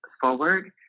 forward